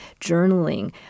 journaling